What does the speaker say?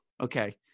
Okay